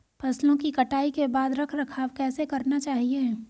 फसलों की कटाई के बाद रख रखाव कैसे करना चाहिये?